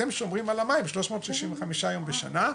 אתם שומרים על המים שלוש מאות חמישים יום בשנה,